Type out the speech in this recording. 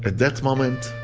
at that moment,